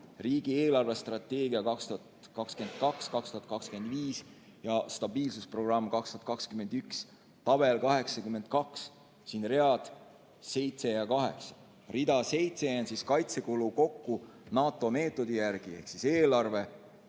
"Riigi eelarvestrateegia 2022–2025 ja stabiilsusprogramm 2021", tabel 82 read 7 ja 8. Real 7 on kaitsekulu kokku NATO meetodi järgi ehk siis eelarve,